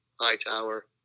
Hightower